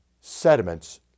Sediments